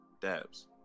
Dabs